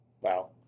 Wow